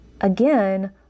again